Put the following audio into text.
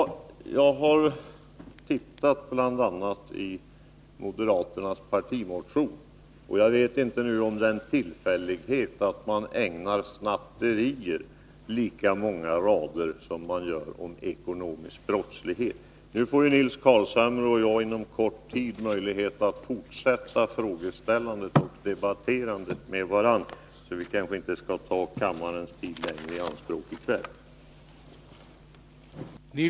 Ja, jag har tittat bl.a. i moderaternas partimotion. Jag vet inte om det är en tillfällighet att man ägnar snatterier lika många rader som ekonomisk brottslighet. Nu får ju Nils Carlshamre och jag inom kort möjlighet att fortsätta frågeställandet och debatterandet med varandra, så vi skall kanske inte ta kammarens tid i anspråk i kväll.